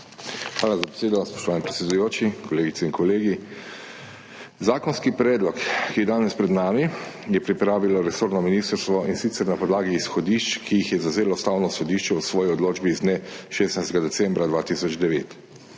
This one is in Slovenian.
Hvala za besedo. Spoštovani predsedujoči, kolegice in kolegi! Zakonski predlog, ki je danes pred nami, je pripravilo resorno ministrstvo, in sicer na podlagi izhodišč, ki jih je zavzelo Ustavno sodišče v svoji odločbi z dne 16. decembra 2009.